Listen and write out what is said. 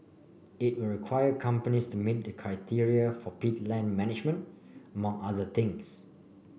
it will require companies to meet the criteria for peat land management among other things